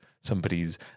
somebody's